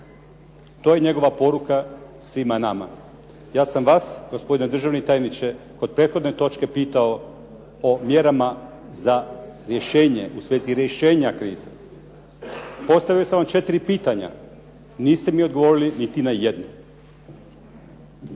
To je njegova poruka svima nama. Ja sam vas gospodine državni tajniče kod prethodne točke pitao o mjerama za rješenje u svezi rješenja krize. Postavio sam vam četiri pitanja, niste mi odgovorili niti na jedno.